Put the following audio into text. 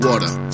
Water